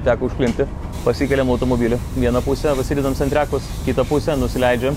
teko užklimpti pasikeliam automobilį vieną pusę pasidedam centriakus kitą pusę nusileidžiam